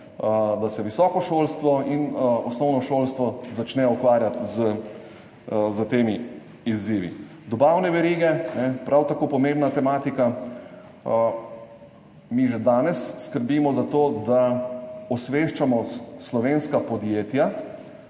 da se visoko šolstvo in osnovno šolstvo začneta ukvarjati s temi izzivi. Dobavne verige, prav tako pomembna tematika. Mi že danes skrbimo za to, da osveščamo slovenska podjetja